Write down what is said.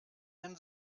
den